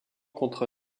contre